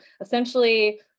essentially